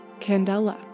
candela